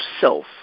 self